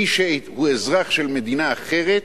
מי שהוא אזרח של מדינה אחרת